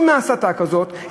אם ההסתה כזאת,